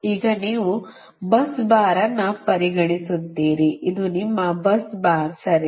ಈಗ ನೀವು bus bar ಅನ್ನು ಪರಿಗಣಿಸುತ್ತೀರಿ ಇದು ನಿಮ್ಮ bus ಬಾರ್ ಸರಿನಾ